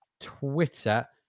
Twitter